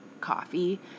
coffee